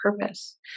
purpose